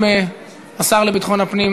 אינה נוכחת.